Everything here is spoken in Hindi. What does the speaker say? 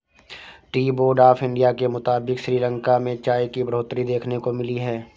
टी बोर्ड ऑफ़ इंडिया के मुताबिक़ श्रीलंका में चाय की बढ़ोतरी देखने को मिली है